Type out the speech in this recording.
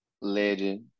legend